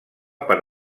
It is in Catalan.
per